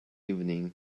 evening